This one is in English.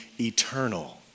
eternal